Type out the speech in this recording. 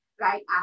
right